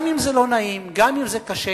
גם אם זה לא נעים, גם אם זה קשה,